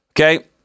Okay